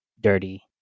dirty